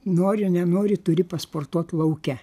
nori nenori turi pasportuot lauke